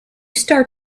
start